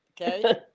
Okay